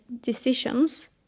decisions